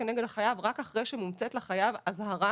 כנגד החייב רק אחרי שמומצאת לחייב אזהרה